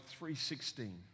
316